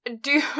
do-